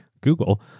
google